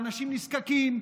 באנשים נזקקים,